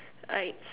alright